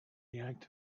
yanked